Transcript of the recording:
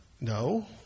No